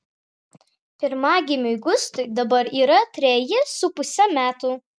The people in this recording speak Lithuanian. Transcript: pirmagimiui gustui dabar yra treji su puse metų